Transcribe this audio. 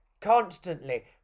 constantly